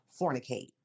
fornicate